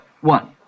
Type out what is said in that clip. One